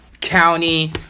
county